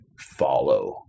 follow